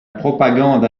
propagande